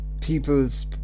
people's